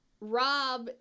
Rob